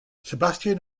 sebastian